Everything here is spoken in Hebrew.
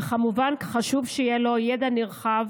וכמובן, חשוב שיהיה לו ידע נרחב